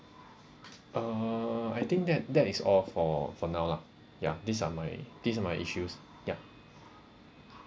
uh I think that that is all for for now lah ya these are my these are my issues ya